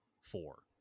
four